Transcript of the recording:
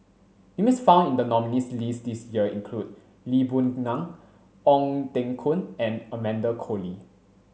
names found in the nominees' list this year include Lee Boon Ngan Ong Teng Koon and Amanda Koe Lee